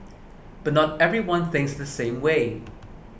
but not everyone thinks the same way